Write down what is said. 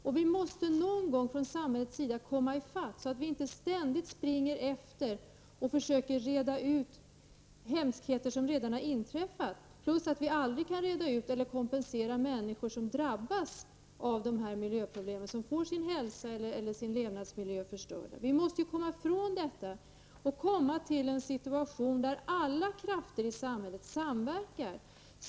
Samhället måste någon gång komma i fatt, så att vi inte ständigt springer efter och försöker reda ut hemskheter som redan har inträffat plus att vi aldrig kan reda ut eller kompensera människor som drabbas av dessa miljöproblem, de som får sin hälsa eller sin levnadsmiljö förstörd. Vi måste komma ifrån detta och nå en situation där alla krafter i samhället samverkar.